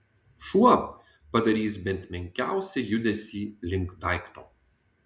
šuo padarys bent menkiausią judesį link daikto